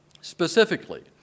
Specifically